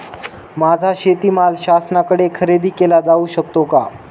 माझा शेतीमाल शासनाकडे खरेदी केला जाऊ शकतो का?